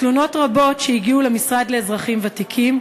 בתלונות רבות שהגיעו למשרד לאזרחים ותיקים,